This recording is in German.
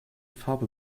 farbe